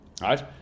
Right